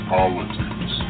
Politics